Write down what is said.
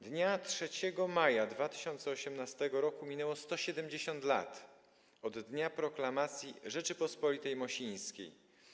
Dnia 3 maja 2018 r. minęło 170 lat od dnia proklamacji Rzeczypospolitej Mosińskiej.